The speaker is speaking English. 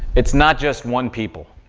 it's not just one people.